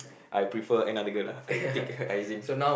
I prefer another girl lah I take her as in